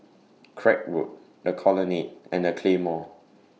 Craig Road The Colonnade and The Claymore